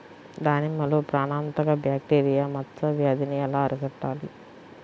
దానిమ్మలో ప్రాణాంతక బ్యాక్టీరియా మచ్చ వ్యాధినీ ఎలా అరికట్టాలి?